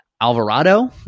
Alvarado